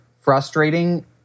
frustrating